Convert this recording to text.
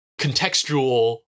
contextual